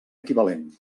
equivalent